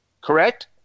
correct